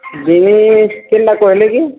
jeans କେନ୍ଟା କହିଲେ କି